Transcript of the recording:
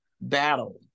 battle